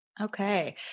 Okay